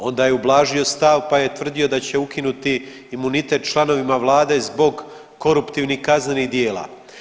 Onda je ublažio stav pa je tvrdio da će ukinuti imunitet članovima vlade zbog koruptivnih kaznenih djela.